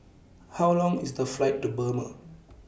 How Long IS The Flight to Burma